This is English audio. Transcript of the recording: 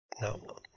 No